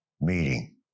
meeting